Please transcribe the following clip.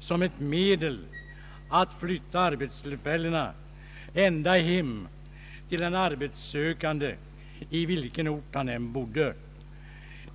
som ett medel att flytta arbetstillfällena ända hem till den arbetssökande i vilken ort han än bodde.